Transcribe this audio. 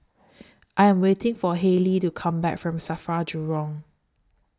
I Am waiting For Haley to Come Back from SAFRA Jurong